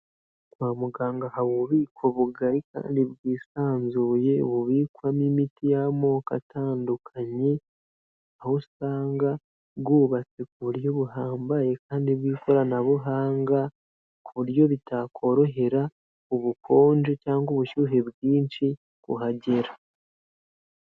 Kwa muganga haba ububiko bugari kandi bwisanzuye, bubikwamo imiti y'amoko atandukanye aho usanga bwubatse ku buryo buhambaye kandi bw'ikoranabuhanga ku buryo bitakorohera ubukonje cyangwa ubushyuhe bwinshi kuhagera.